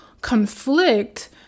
conflict